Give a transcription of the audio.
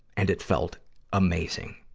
and it felt amazing.